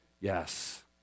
Yes